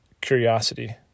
curiosity